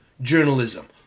journalism